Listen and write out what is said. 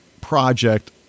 project